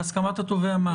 בהסכמת התובע מה?